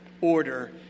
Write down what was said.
order